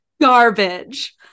Garbage